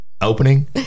opening